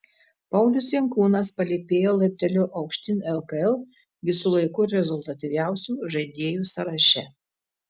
paulius jankūnas palypėjo laipteliu aukštyn lkl visų laikų rezultatyviausių žaidėjų sąraše